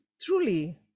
truly